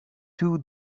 too